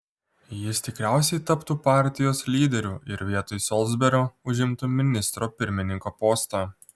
jis tikriausiai taptų partijos lyderiu ir vietoj solsberio užimtų ministro pirmininko postą